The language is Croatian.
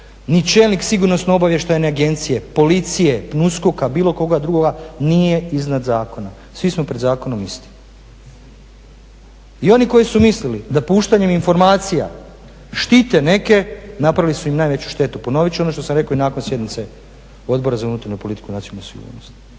ni čelnik Sigurnosno-obavještajne agencije policije, PNUSKOK-a bilo koga drugoga nije iznad zakona, svi smo pred zakonom isti. I oni koji su mislili da puštanjem informacija štite neke napravili su im najveću štetu. Ponovit ću i ono što sam rekao i nakon sjednice Odbora za unutarnju politiku i nacionalnu sigurnost.